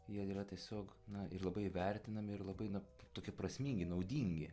jie yra tiesiog na ir labai vertinami ir labai na tokie prasmingi naudingi